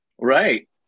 Right